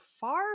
far